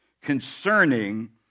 concerning